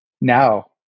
now